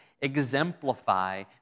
exemplify